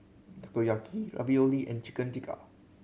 Takoyaki Ravioli and Chicken Tikka